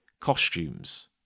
costumes